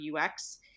UX